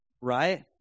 right